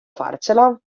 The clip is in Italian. farcela